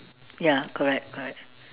ya correct correct